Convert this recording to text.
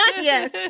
Yes